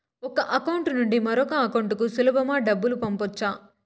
ఒక అకౌంట్ నుండి మరొక అకౌంట్ కు సులభమా డబ్బులు పంపొచ్చా